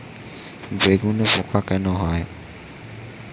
বেগুনে পোকা কেন হয়?